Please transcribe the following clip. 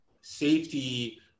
safety